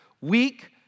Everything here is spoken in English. weak